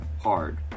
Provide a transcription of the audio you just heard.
hard